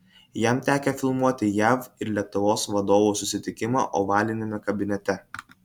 jam tekę filmuoti jav ir lietuvos vadovų susitikimą ovaliniame kabinete